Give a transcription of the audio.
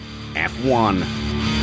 F1